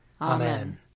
Amen